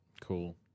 cool